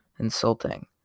insulting